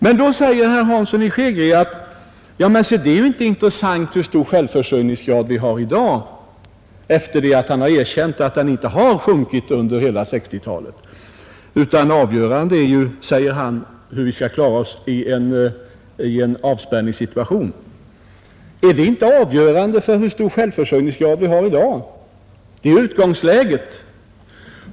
Men det är inte intressant hur stor självförsörjningsgrad vi har i dag, säger herr Hansson i Skegrie efter att ha erkänt att självförsörjningsgraden inte har sjunkit under hela 1960-talet. Det avgörande är, framhåller han, hur vi skall klara oss i en avspärrningssituation. Är det inte avgörande hur stor självförsörjningsgrad vi har i dag? Det är ju utgångsläget.